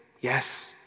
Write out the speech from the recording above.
yes